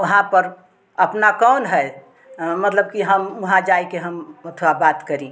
वहाँ पर अपना कौन है मतलब कि हम वहाँ जाइए के हम अथवा बात करी